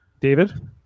David